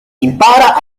impara